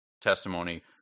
testimony